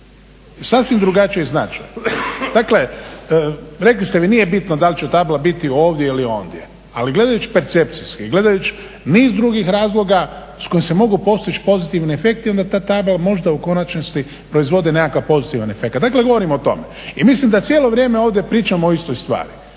sasvim drugačiji značaj. Dakle, rekli ste vi nije bitno da li će tabla biti ovdje ili ondje, ali gledajući percepcijski i gledajući niz drugih razloga s kojima se mogu postići pozitivni efekti onda ta tabla možda u konačnici proizvodi nekakav pozitivan efekt. Dakle, govorim o tome. I mislim da cijelo vrijeme ovdje pričamo o istoj stvari.